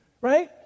right